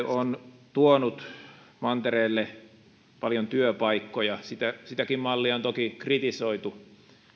on tuonut mantereelle paljon työpaikkoja sitäkin mallia on toki kritisoitu